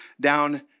down